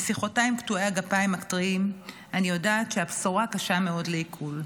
משיחותיי עם קטועי הגפיים הטריים אני יודעת שהבשורה קשה מאוד לעיכול,